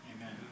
Amen